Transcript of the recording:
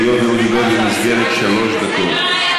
היות שהוא דיבר במסגרת שלוש דקות.